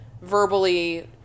verbally